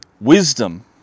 Wisdom